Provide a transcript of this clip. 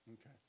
Okay